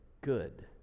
good